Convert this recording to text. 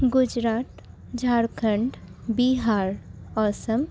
Gujarat Jharkhand Bihar Assam